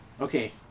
okay